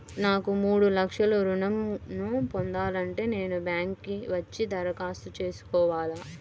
నాకు మూడు లక్షలు ఋణం ను పొందాలంటే నేను బ్యాంక్కి వచ్చి దరఖాస్తు చేసుకోవాలా?